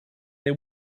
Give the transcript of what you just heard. they